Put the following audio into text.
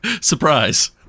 Surprise